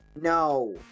No